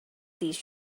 these